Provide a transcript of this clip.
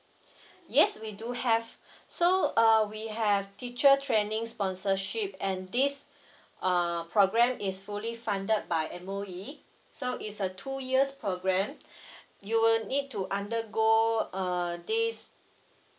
yes we do have so uh we have teacher trainings sponsorship and this uh program is fully funded by M_O_E so is a two years program you will need to undergo uh this